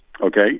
okay